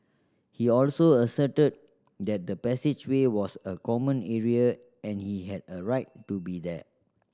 he also asserted that the passageway was a common area and he had a right to be there